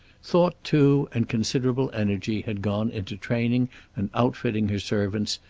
thought, too, and considerable energy had gone into training and outfitting her servants,